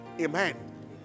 Amen